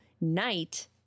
night